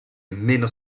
meno